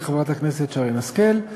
מטעם סיעת הליכוד תכהן חברת הכנסת שרן השכל,